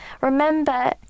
Remember